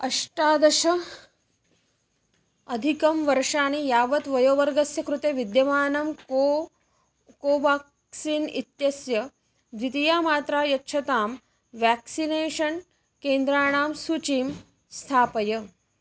अष्टादश अधिकं वर्षाणि यावत् वयोवर्गस्य कृते विद्यमानं को कोवाक्सिन् इत्यस्य द्वितीया मात्रा यच्छतां व्याक्सिनेषन् केन्द्राणां सूचीं स्थापय